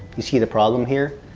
you see the problem here?